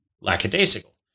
lackadaisical